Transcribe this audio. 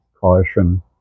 caution